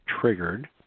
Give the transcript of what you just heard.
triggered